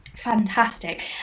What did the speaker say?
Fantastic